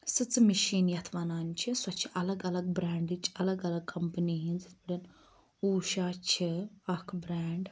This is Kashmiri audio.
سٕژ مِشین یِتھ وَنان چھِ سۄ چھِ اَلَگ اَلَگ برینڈٕچ اَلَگ اَلَگ کَمپٔنی ہِنٛز اُوشا چھِ اَکھ برینٛڈ